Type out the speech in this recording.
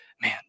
Man